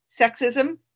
sexism